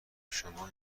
شما